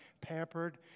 pampered